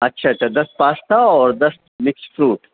اچھا اچھا دس پاستا اور دس مکس فروٹ